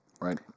Right